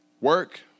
work